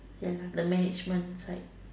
ya lah the management type